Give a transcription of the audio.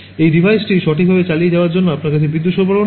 এই ডিভাইসটি সঠিকভাবে চালিয়ে যাওয়ার জন্য আপনার কাছে বিদ্যুত সরবরাহ নেই